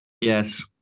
Yes